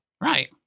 Right